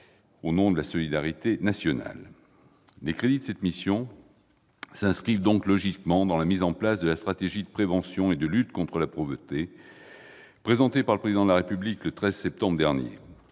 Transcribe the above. au nom de la solidarité nationale. Les crédits de la mission s'inscrivent donc logiquement dans la mise en place de la stratégie nationale de prévention et de lutte contre la pauvreté présentée par le Président de la République le 13 septembre dernier.